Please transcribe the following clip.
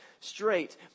straight